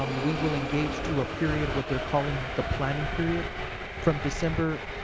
um we will engage to a period what they're calling the planning period from december,